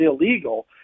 illegal